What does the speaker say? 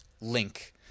link